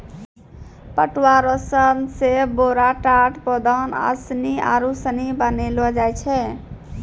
पटुआ रो सन से बोरा, टाट, पौदान, आसनी आरु सनी बनैलो जाय छै